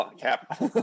Cap